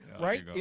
right